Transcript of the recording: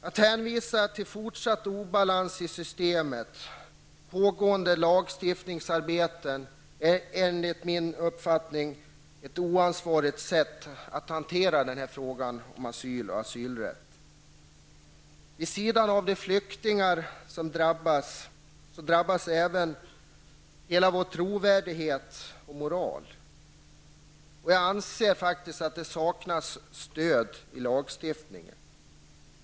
Att hänvisa till fortsatt obalans i systemet och pågående lagstiftningsarbeten är enligt min uppfattning ett oansvarigt sätt att hantera frågan om asyl och asylrätt. Vid sidan av de flyktingar som drabbas, drabbas även vår egen trovärdighet och moral. Det saknas dessutom stöd i lagstiftningen.